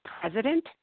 president